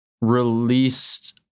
released